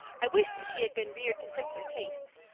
i wish that she had been reared to simpler tastes,